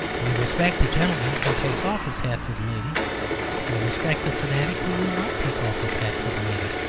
we respect the gentleman who takes off his hat to the lady we respect the fanatic who will not take off his hat to the lady.